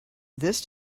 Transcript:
this